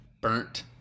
burnt